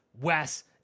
Wes